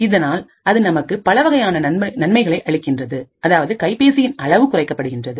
இதனால்அது நமக்கு பலவகையான நன்மைகளை அளிக்கிறது அதாவது கைபேசியின் அளவு குறைக்கப்படுகின்றது